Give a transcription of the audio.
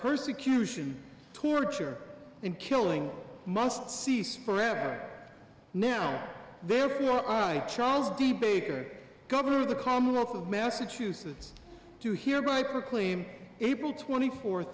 persecution torture and killing must cease for ever now therefore i charles de baker governor of the commonwealth of massachusetts to hear my proclaim april twenty four